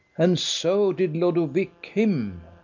and so did lodowick him.